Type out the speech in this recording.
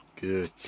Good